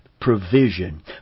provision